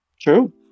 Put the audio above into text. True